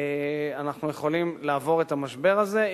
אנחנו יכולים לעבור את המשבר הזה,